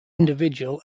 individual